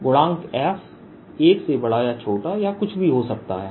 गुणांक f 1 से बड़ा या छोटा या कुछ भी हो सकता है